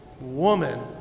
Woman